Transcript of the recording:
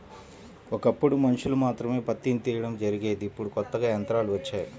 ఒకప్పుడు మనుషులు మాత్రమే పత్తిని తీయడం జరిగేది ఇప్పుడు కొత్తగా యంత్రాలు వచ్చాయి